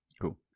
Cool